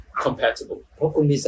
compatible